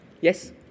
Yes